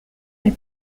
elle